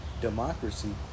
democracy